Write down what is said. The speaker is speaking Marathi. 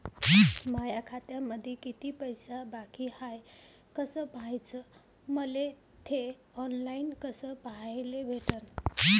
माया खात्यामंधी किती पैसा बाकी हाय कस पाह्याच, मले थे ऑनलाईन कस पाह्याले भेटन?